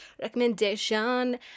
recommendation